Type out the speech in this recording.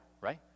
right